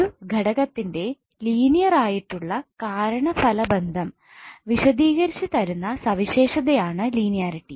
ഒരു ഘടകത്തിന്റെ ലീനിയർ ആയിട്ടുള്ള കാരണഫലബന്ധം വിശദീകരിച്ചു തരുന്ന സവിശേഷതയാണ് ലീനിയാരിറ്റി